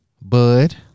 Bud